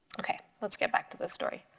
okay let's get back to the story.